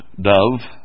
dove